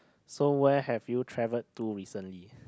so where have you travelled to recently